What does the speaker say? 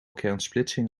kernsplitsing